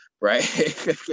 Right